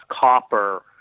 copper